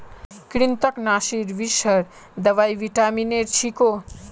कृन्तकनाशीर विषहर दवाई विटामिनेर छिको